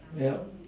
yeah